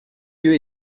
lieu